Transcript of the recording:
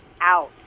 out